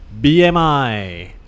BMI